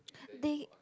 they